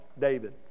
David